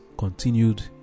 Continued